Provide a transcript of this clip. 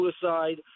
suicide